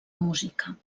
música